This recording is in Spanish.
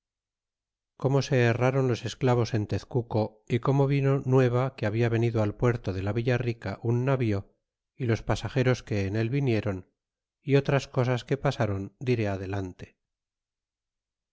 como se herriron los esclavos en tenue y como vino nueva que habla venido al puerto de la villa rica un navio y los pasajeros que en él vinieron y otras cosas que pasron dire ade